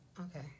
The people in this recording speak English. Okay